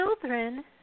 children